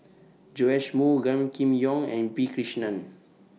Joash Moo Gan Kim Yong and P Krishnan